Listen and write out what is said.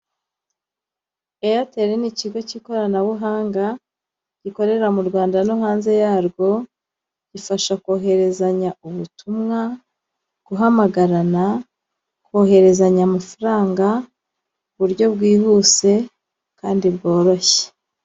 Airtel ni ikigo cy'ikoranabuhanga gikorera mu Rwanda no hanze ya rwo, gifasha kohererezanya ubutumwa, guhamagarana, kohererezanya amafaranga mu buryo bwihuse kandi bworoshye.